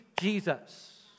Jesus